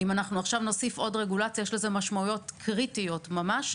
אם אנחנו נוסיף עכשיו עוד רגולציה יהיו לזה משמעויות קריטיות ממש.